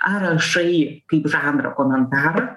ar rašai kaip žanro komentarą